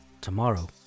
Tomorrow